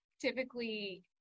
typically